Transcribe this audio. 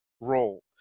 role